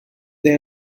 they